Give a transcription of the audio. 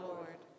Lord